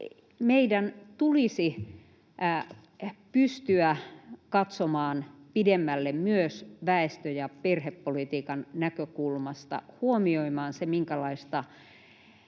meidän tulisi pystyä katsomaan pidemmälle myös väestö- ja perhepolitiikan näkökulmasta ja huomioimaan, minkälaista